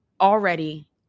already